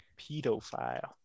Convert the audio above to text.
Pedophile